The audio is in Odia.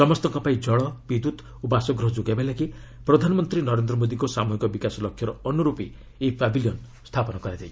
ସମସ୍ତଙ୍କ ପାଇଁ ଜଳ ବିଦ୍ୟୁତ୍ ଓ ବାସଗୃହ ଯୋଗାଇବା ଲାଗି ପ୍ରଧାନମନ୍ତ୍ରୀ ନରେନ୍ଦ୍ର ମୋଦିଙ୍କ ସାମୁହିକ ବିକାଶ ଲକ୍ଷ୍ୟର ଅନୁରୁପି ଏହି ପ୍ୟାଭିଲିୟନ ସ୍ଥାପନ ହୋଇଛି